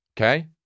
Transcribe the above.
okay